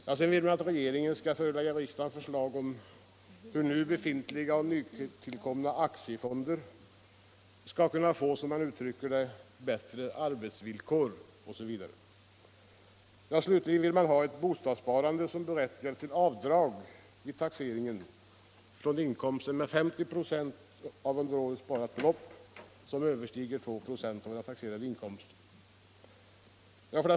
Vidare vill man att regeringen skall förelägga riksdagen förslag om hur befintliga och nytillkomna aktiefonder skall kunna få, som man uttrycker det, ”bättre arbetsvillkor”, osv. Slutligen vill man ha ett bostadssparande som berättigar till avdrag med 50 ”6 vid taxeringen för inkomster av under året sparat belopp som överstiger 2 "a av den taxerade inkomsten.